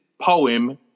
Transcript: poem